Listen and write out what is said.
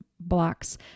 blocks